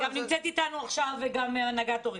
נמצאת איתנו עכשיו גם מהנהגת הורים,